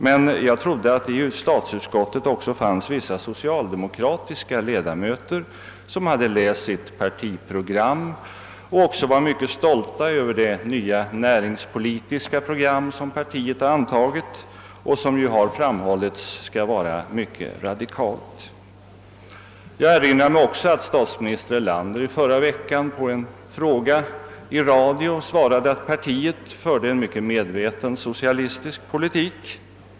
Men jag trodde att det i statsutskottet också fanns vissa socialdemokratiska ledamöter, som läst sitt partiprogram och också var mycket stolta över det näringspolitiska program som partiet antagit och om vilket det sagts att det skulle vara mycket radikalt. Jag erinrar mig också att statsminister Erlander i förra veckan i radio på en fråga svarade, att partiet förde en mycket medveten socialistisk politik.